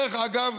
דרך אגב,